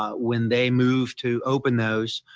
ah when they moved to open knows.